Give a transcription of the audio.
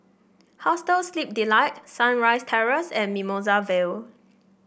Hostel Sleep Delight Sunrise Terrace and Mimosa Vale